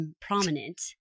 prominent